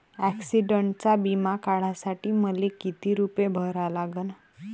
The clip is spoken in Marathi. ॲक्सिडंटचा बिमा काढा साठी मले किती रूपे भरा लागन?